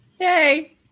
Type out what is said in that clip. Yay